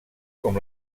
com